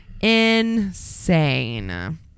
Insane